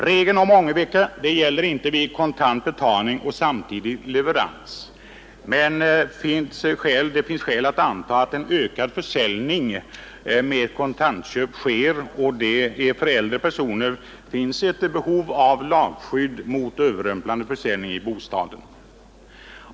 Regeln om ångervecka gäller inte vid kontant betalning och samtidig leverans, men det finns skäl att anta att en ökad försäljning med kontantköp sker. För äldre personer finns ett behov av lagskydd mot överrumplande försäljning i bostaden.